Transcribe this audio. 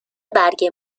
برگ